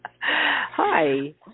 Hi